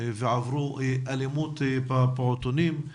ועברו אלימות בפעוטונים,